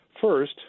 First